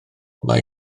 mae